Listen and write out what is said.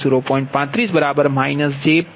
85 p